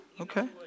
Okay